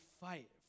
fight